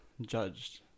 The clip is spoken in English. judged